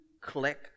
click